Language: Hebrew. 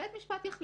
בית משפט יחליט.